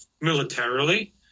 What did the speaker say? militarily